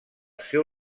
seu